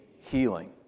healing